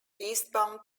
eastbound